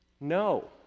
No